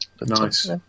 Nice